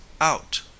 out